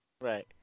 Right